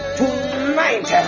tonight